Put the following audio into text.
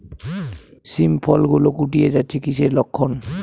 শিম ফল গুলো গুটিয়ে যাচ্ছে কিসের লক্ষন?